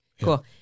Cool